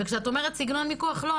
וכשאת אומרת סגנון מיקוח לא,